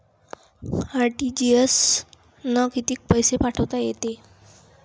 RTGS न कितीक पैसे पाठवता येते?